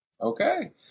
Okay